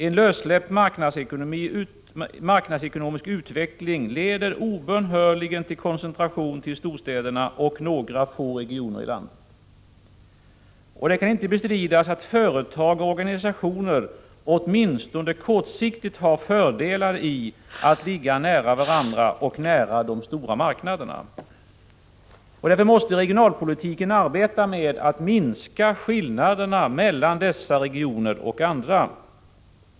En lössläppt marknadsekonomisk utveckling leder obönhörligen till koncentration till storstäderna och några få regioner i landet. Det kan inte bestridas att företag och organisationer åtminstone kortsiktigt har fördelar av att ligga nära varandra och nära de stora marknaderna. Därför måste regionalpolitiken arbeta med att minska skillnaderna mellan dessa regioner och andra.